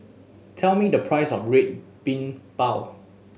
tell me the price of Red Bean Bao